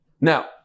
Now